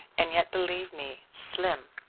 and yet, believe me, slim.